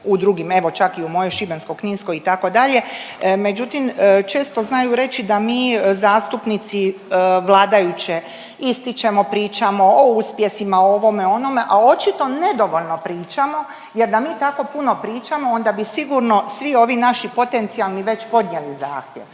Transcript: u drugim, evo čak i u mojoj Šibensko-kninskoj itd., međutim često znaju reći da mi zastupnici vladajuće, ističemo, pričamo o uspjesima, o ovome, o onome, a očito nedovoljno pričamo jer da mi tako puno pričamo onda bi sigurno svi ovi naši potencijalni već podnijeli zahtjev.